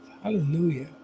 hallelujah